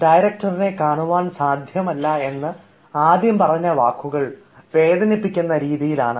ഡയറക്ടറിനെ കാണുവാൻ സാധ്യമല്ല എന്ന് ആദ്യം പറഞ്ഞ വാക്കുകൾ വേദനിപ്പിക്കുന്ന രീതിയിലാണ്